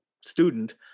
student